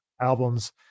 albums